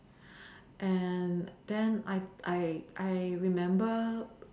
and then I I I remember